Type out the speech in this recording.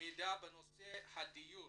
מידע בנושא הדיור